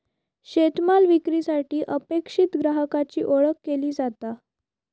शेतमाल विक्रीसाठी अपेक्षित ग्राहकाची ओळख केली जाता